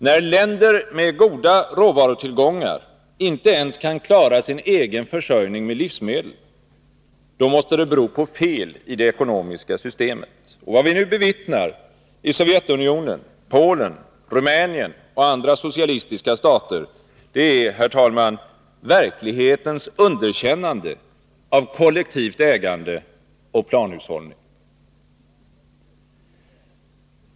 När länder med goda råvarutillgångar inte ens kan klara sin egen försörjning med livsmedel, då måste det bero på feli det ekonomiska systemet. Vad vi nu bevittnar i Sovjetunionen, Polen, Rumänien och andra socialistiska stater, det är verklighetens underkännande av kollektivt ägande och planhushållning.